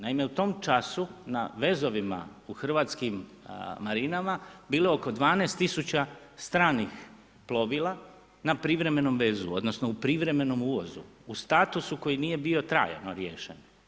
Naime, u tom času, na vezovima u hrvatskim marinama, bilo je oko 12000 stranih plovila na privremenom vezu, odnosno, u privremenom uvozu, u statusu, koji nije bio trajno riješen.